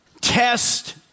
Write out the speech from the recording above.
test